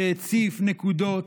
שהציף נקודות